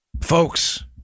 Folks